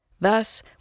Thus